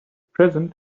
present